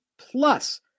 plus